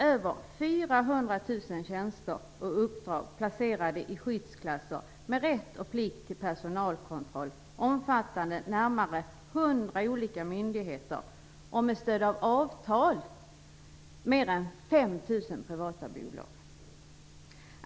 Över 400 000 tjänster och uppdrag är placerade i skyddsklasser med rätt och plikt till personalkontroll omfattande närmare 100 olika myndigheter och med stöd av avtal mer än 5 000 privata bolag.